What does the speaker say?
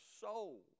soul